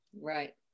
Right